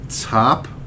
top